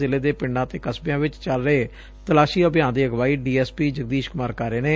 ਜ਼ਿਲੇ ਦੇ ਪਿੰਡਾ ਅਤੇ ਕਸਬਿਆਂ ਚ ਚੱਲ ਰਹੇ ਤਲਾਸ਼ੀ ਅਭਿਆਨ ਦੀ ਅਗਵਾਈ D S P Jagdish Kumar ਕਰ ਰਹੇ ਨੇ